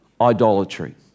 idolatry